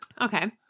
Okay